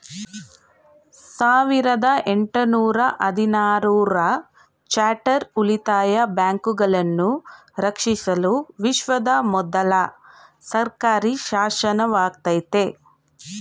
ಸಾವಿರದ ಎಂಟು ನೂರ ಹದಿನಾರು ರ ಚಾರ್ಟರ್ ಉಳಿತಾಯ ಬ್ಯಾಂಕುಗಳನ್ನ ರಕ್ಷಿಸಲು ವಿಶ್ವದ ಮೊದ್ಲ ಸರ್ಕಾರಿಶಾಸನವಾಗೈತೆ